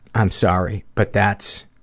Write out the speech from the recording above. i'm sorry, but that's